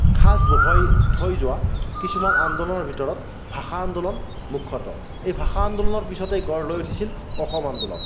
সাঁচ বহুৱাই থৈ যোৱা কিছুমানৰ আন্দোলনৰ ভিতৰত ভাষা আন্দোলন মুখ্যত এই ভাষা আন্দোলনৰ পিছতেই গঢ় লৈ উঠিছিল অসম আন্দোলন